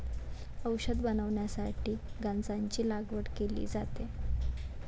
औषध बनवण्यासाठी गांजाची लागवड केली जाते